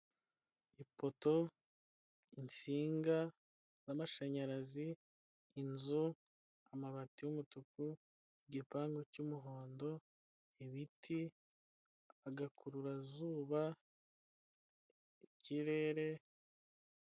Ipoto, insinga z'amashanyarazi, inzu, amabati y'umutuku, igipangu cy'umuhondo, ibiti, agakururazuba, ikirere